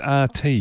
RT